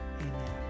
amen